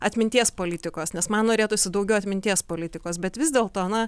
atminties politikos nes man norėtųsi daugiau atminties politikos bet vis dėl to na